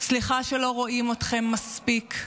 סליחה שלא רואים אתכם מספיק.